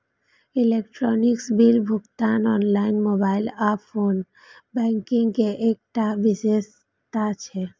electronic bill भुगतान online, mobile आ phone banking के एकटा विशेषता छियै